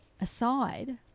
aside